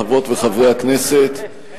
חברות וחברי הכנסת,